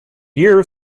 year